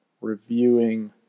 Reviewing